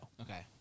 Okay